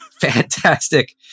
fantastic